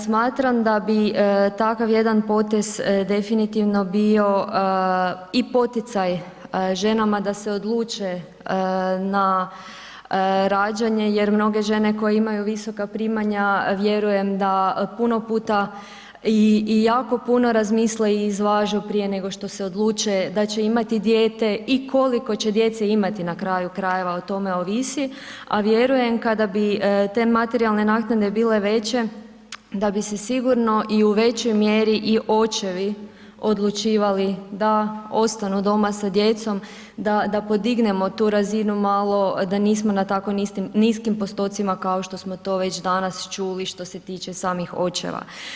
Smatram da bi takav jedan potez definitivno bio i poticaj ženama da se odluče na rađanje jer mnoge žene koje imaju visoka primanja vjerujem da puno puta i jako puno razmisle i izvažu prije nego što se odluče da će imati dijete i koliko će djece imati na kraju krajeva o tome ovisi, a vjerujem kada bi te materijalne naknade bile veće da bi se sigurno i u većoj mjeri i očevi odlučivali da ostanu doma sa djecom, da podignemo tu razinu malo da nismo na tako niskim postocima kao što smo to već danas čuli što se tiče samih očeva.